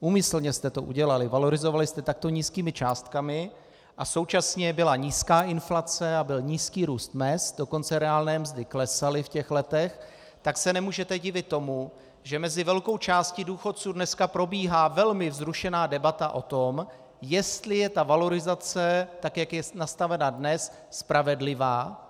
úmyslně jste to udělali, valorizovali jste takto nízkými částkami a současně byla nízká inflace a byl nízký růst mezd, dokonce reálné mzdy klesaly v těch letech, tak se nemůžete divit tomu, že mezi velkou částí důchodců dneska probíhá velmi vzrušená debata o tom, jestli je ta valorizace, tak jak je nastavena dnes, spravedlivá.